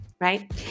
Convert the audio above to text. Right